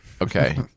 Okay